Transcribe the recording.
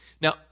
Now